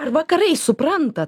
ar vakarai supranta